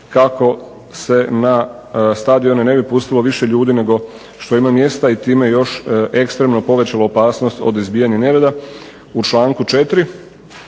kako se na stadione ne bi pustilo više ljudi nego što ima mjesta i time još ekstremno povećala opasnost od izbijanja nereda u članku 4.